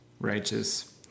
Righteous